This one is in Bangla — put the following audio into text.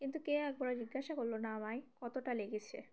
কিন্তু কেউ একবারও জিজ্ঞাসা করল না আমায় কতটা লেগেছে